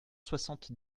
soixante